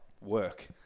work